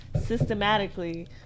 systematically